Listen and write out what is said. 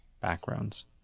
backgrounds